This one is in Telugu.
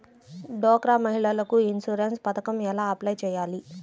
డ్వాక్రా మహిళలకు ఇన్సూరెన్స్ పథకం ఎలా అప్లై చెయ్యాలి?